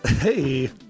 hey